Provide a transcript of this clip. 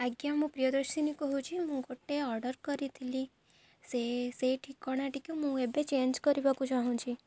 ଆଜ୍ଞା ମୁଁ ପ୍ରିୟଦର୍ଶିନୀ କହୁଛି ମୁଁ ଗୋଟେ ଅର୍ଡ଼ର କରିଥିଲି ସେ ସେଇ ଠିକଣାଟିକୁ ମୁଁ ଏବେ ଚେଞ୍ଜ କରିବାକୁ ଚାହୁଁଛି